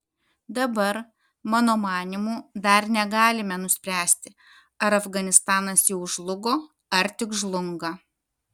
dabar mano manymu dar negalime nuspręsti ar afganistanas jau žlugo ar tik žlunga